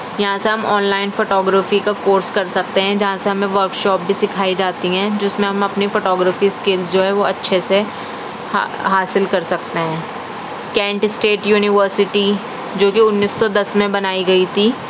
یہاں سے ہم آنلائن فوٹو گرافی کا کورس کر سکتے ہیں جہاں سے ہمیں ورک شاپ بھی سکھائی جاتی ہیں جس میں ہم اپنی فوٹو گرافی اسکلس جو ہے وہ اچھے سے حاصل کر سکتے ہیں کینٹ اسٹیٹ یونیورسٹی جو کہ انیس سو دس میں بنائی گئی تھی